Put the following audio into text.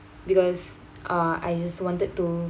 because uh I just wanted to